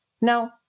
no